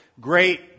great